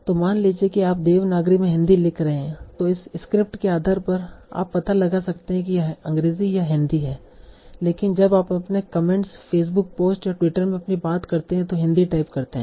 तो मान लीजिए कि आप देवनागरी में हिंदी लिख रहे हैं तो इस स्क्रिप्ट के आधार पर आप पता लगा सकते हैं कि यह अंग्रेजी या हिंदी है लेकिन जब आप अपने कमेंट्स फेसबुक पोस्ट या ट्विटर में अपनी बात कहते हैं तो हिंदी टाइप करते हैं